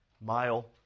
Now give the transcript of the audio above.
mile